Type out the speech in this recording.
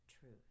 truth